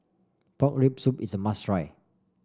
Pork Rib Soup is a must try